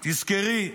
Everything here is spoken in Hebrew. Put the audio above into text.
תזכרי,